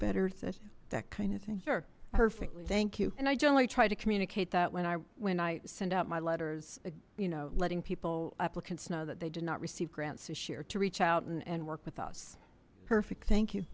better that that kind of thing perfectly thank you and i generally tried to communicate that when i when i send out my letters i you know letting people applicants know that they did not receive grants this year to reach out and work with us perfect thank you